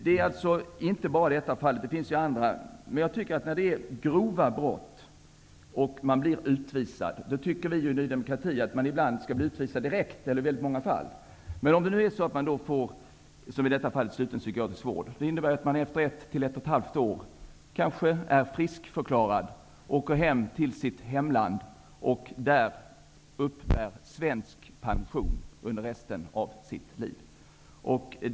Det finns också andra fall av grova brott som föranlett utvisning. Vi i Ny demokrati tycker att brottslingarna i många fall skall utvisas direkt, men om vederbörande, som i det fall jag nämnde, döms till sluten psykiatrisk vård, innebär det att han efter ett eller ett och ett halvt år är friskförklarad, åker hem till sitt hemland och där uppbär svensk pension under resten av sitt liv.